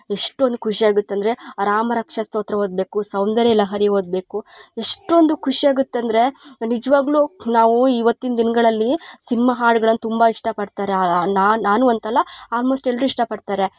ಎಷ್ಟೊಂದು ಖುಷಿಯಾಗತಂದ್ರೆ ಆ ರಾಮರಕ್ಷಾ ಸ್ತೋತ್ರ ಓದಬೇಕು ಸೌಂದರ್ಯ ಲಹರಿ ಓದಬೇಕು ಎಷ್ಟೊಂದು ಖುಷಿಯಾಗತಂದ್ರೆ ನಿಜವಾಗ್ಲು ನಾವೂ ಇವತ್ತಿನ ದಿನಗಳಲ್ಲಿ ಸಿನ್ಮ ಹಾಡ್ಗಳನ್ನು ತುಂಬ ಇಷ್ಟಪಡ್ತರೆ ಆ ರಾ ನಾನು ನಾನು ಅಂತಲ್ಲ ಆಲ್ಮೋಸ್ಟ್ ಎಲ್ಲರು ಇಷ್ಟಪಡ್ತಾರೆ